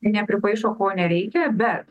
nepripaišo ko nereikia bet